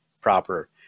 proper